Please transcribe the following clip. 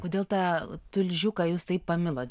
kodėl tą tulžiuką jūs taip pamilot